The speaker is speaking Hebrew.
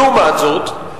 לעומת זאת,